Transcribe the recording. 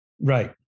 Right